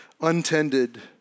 Untended